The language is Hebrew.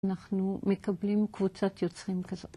אנחנו מקבלים קבוצת יוצרים כזאת.